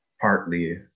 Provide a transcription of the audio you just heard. partly